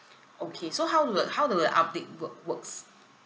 okay so how do the how do the update work works